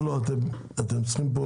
לא, אתם צריכים פה